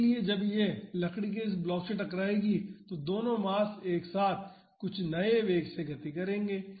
इसलिए जब यह लकड़ी के इस ब्लॉक से टकराएगी तो दोनों मास एक साथ कुछ नए वेग से गति करेंगे